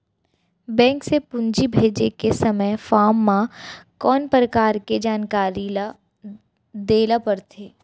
Bank से पूंजी भेजे के समय फॉर्म म कौन परकार के जानकारी ल दे ला पड़थे?